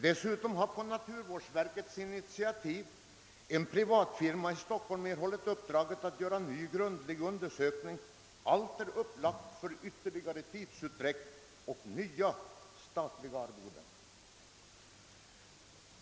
Dessutom har på naturvårdsverkets initiativ en privat firma i Stockholm fått i uppdrag att göra en ny grundlig undersökning. Allt är upplagt för ytterligare tidsutdräkt och nya statliga arvoden.